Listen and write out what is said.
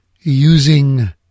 using